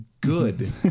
good